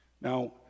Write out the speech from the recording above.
Now